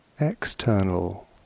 external